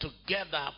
together